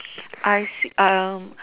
I see